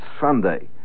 Sunday